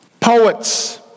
Poets